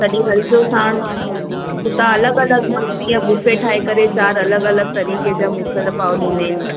कॾहिं हलिजो साणु हुतां अलॻि अलॻि माण्हू कीअं बुफ़े ठाहे करे चार अलॻि अलॻि तरीक़े जा मिसल पाव ॾींदा आहिनि